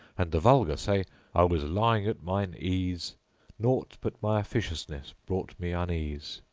and the vulgar say i was lying at mine ease nought but my officiousness brought me unease.